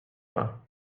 pas